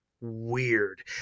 weird